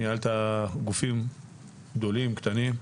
ניהלת גופים גדולים וקטנים,